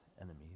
enemies